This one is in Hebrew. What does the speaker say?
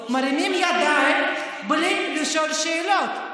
מרימים ידיים בלי לשאול שאלות,